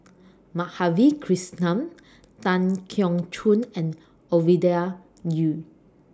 Madhavi Krishnan Tan Keong Choon and Ovidia Yu